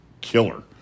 killer